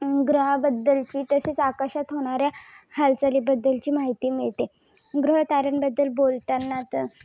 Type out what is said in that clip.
ग्रहाबद्दलची तसेच आकाशात होणाऱ्या हालचालीबद्दलची माहिती मिळते ग्रहताऱ्यांबद्दल बोलताना तर